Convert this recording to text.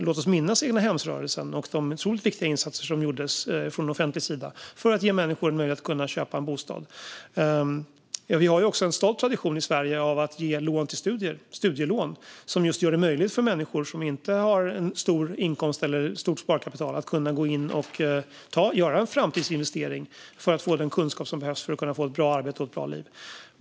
Låt oss minnas egnahemsrörelsen och de otroligt viktiga insatser som gjordes från offentlig sida för att ge människor möjlighet att köpa en bostad. Vi har också en stolt tradition i Sverige av att ge lån för studier. Studielån gör det möjligt för människor som inte har en stor inkomst eller ett stort sparkapital att göra en framtidsinvestering för att få den kunskap som behövs för att få ett bra arbete och ett bra liv.